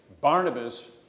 Barnabas